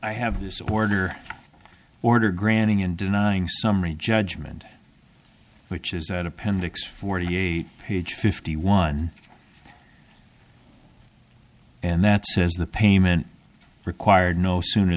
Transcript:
i have this order order granting and denying summary judgment which is an appendix forty eight page fifty one and that says the payment required no sooner